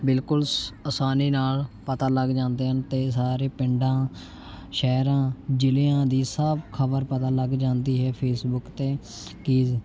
ਬਿਲਕੁੱਲ ਸ ਅਸਾਨੀ ਨਾਲ ਪਤਾ ਲੱਗ ਜਾਂਦੇ ਹਨ ਅਤੇ ਸਾਰੇ ਪਿੰਡਾਂ ਸ਼ਹਿਰਾਂ ਜ਼ਿਲ੍ਹਿਆਂ ਦੀ ਸਭ ਖ਼ਬਰ ਪਤਾ ਲੱਗ ਜਾਂਦੀ ਹੈ ਫੇਸਬੁੱਕ 'ਤੇ ਕਿ